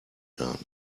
done